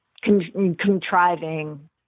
contriving